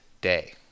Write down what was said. day